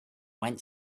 went